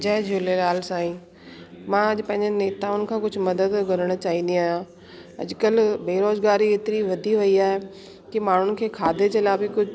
जय झूलेलाल साईं मां अॼु पंहिंजे नेताऊनि खां कुझु मदद घुरण चाहिंदी आहियां अॼकल्ह बेरोज़गारी एतिरी वधी वई आहे की माण्हुनि खे खाधे जे लाइ बि कुझु